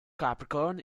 capricorn